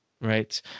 Right